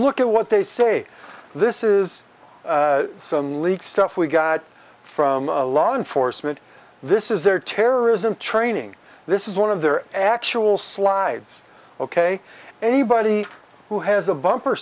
look at what they say this is some leaks stuff we got from law enforcement this is their terrorism training this is one of their actual slides ok anybody who has a bumper